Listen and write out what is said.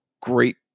great